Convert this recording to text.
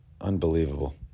Unbelievable